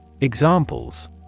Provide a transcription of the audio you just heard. Examples